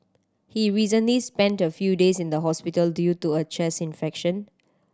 he recently spent a few days in hospital due to a chest infection